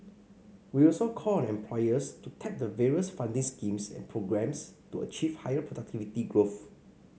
we also call on employers to tap the various funding schemes and programmes to achieve higher productivity growth